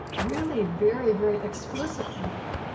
really very, very explicit now,